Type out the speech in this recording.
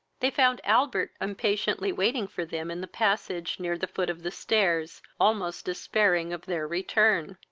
they found albert impatiently waiting for them in the passage, near the foot of the stairs, almost despairing of their return.